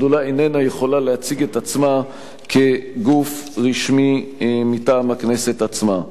השדולה איננה יכולה להציג את עצמה כגוף רשמי מטעם הכנסת עצמה.